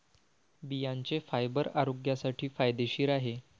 बियांचे फायबर आरोग्यासाठी फायदेशीर आहे